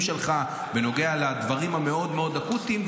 שלך בנוגע לדברים המאוד-מאוד אקוטיים,